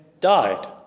died